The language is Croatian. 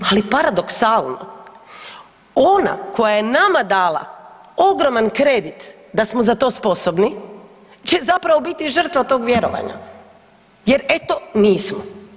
Ali, paradoksalno, ona koja je nama dala ogroman kredit da smo za to sposobni će zapravo biti žrtva tog vjerovanja, jer eto, nismo.